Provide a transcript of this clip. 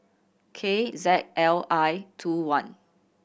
K Z L I two one